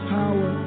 power